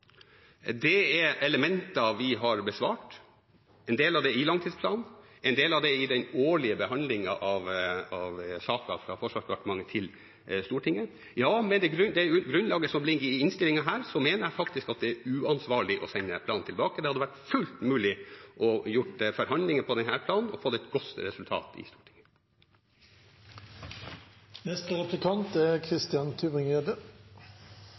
Det er elementer vi har besvart, en del av dem i langtidsplanen, en del i den årlige behandlingen av saker fra Forsvarsdepartementet til Stortinget. Ja, med det grunnlaget som ligger i innstillingen her, mener jeg faktisk at det er uansvarlig å sende planen tilbake. Det hadde vært fullt mulig å ha forhandlinger på denne planen og fått et godt resultat. Fra den ene uansvarlige representanten til den andre. Forsvarsministeren synes det er